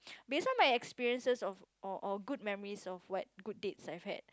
based on my experiences of or or good memories of what good dates that I have had